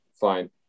Fine